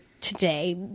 today